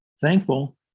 thankful